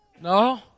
No